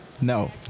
No